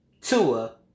Tua